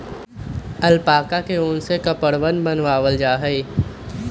alpaca के उन से कपड़वन बनावाल जा हई